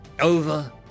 Over